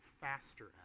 faster